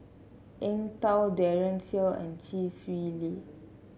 Eng Tow Daren Shiau and Chee Swee Lee